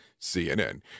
CNN